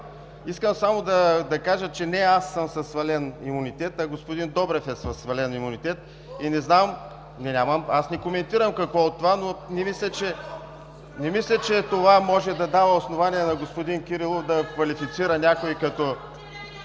Искам само да кажа, че не аз съм със свален имунитет, а господин Добрев е със свален имунитет. (Реплики от ГЕРБ.) Не коментирам какво от това, но не мисля, че това може да дава основание на господин Кирилов да квалифицира някого като…